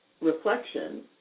reflection